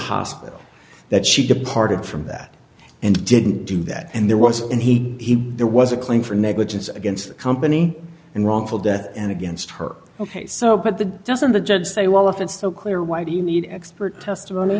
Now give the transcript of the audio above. hospital that she departed from that and didn't do that and there was and he there was a claim for negligence against the company and wrongful death and against her ok so but the doesn't the judge say well if it's so clear why do you need expert testimony